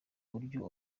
buryo